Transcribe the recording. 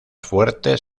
fuertes